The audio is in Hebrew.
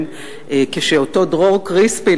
כשאותו דרור קרישפין,